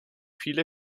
viele